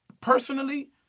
Personally